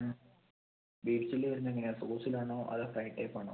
ബേച്ചൽ വരുന്നത് എങ്ങനെയാണ് സോസിലാണോ അതോ ഫ്രൈ ടൈപ്പ് ആണോ